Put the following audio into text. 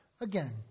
again